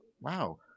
wow